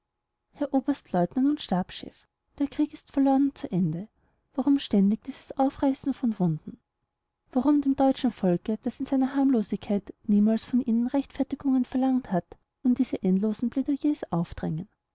herr oberstleutnant und stabschef der krieg ist verloren und zu ende warum ständig dieses aufreißen von wunden warum dem deutschen volke das in seiner harmlosigkeit niemals von ihnen rechtfertigung verlangt hat nun diese endlosen plaidoyers aufdrängen